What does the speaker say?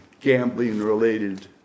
gambling-related